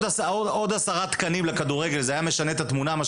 עוד עשרה תקנים לכדורגל היו משנים את התמונה?